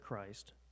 Christ